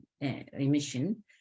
emission